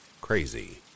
crazy